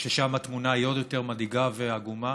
ששם התמונה עוד יותר מדאיגה ועגומה.